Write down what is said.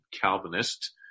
Calvinist